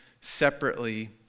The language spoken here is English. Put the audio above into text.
separately